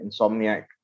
insomniac